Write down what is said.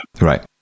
Right